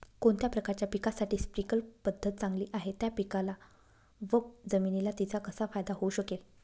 कोणत्या प्रकारच्या पिकासाठी स्प्रिंकल पद्धत चांगली आहे? त्या पिकाला व जमिनीला तिचा कसा फायदा होऊ शकेल?